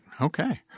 okay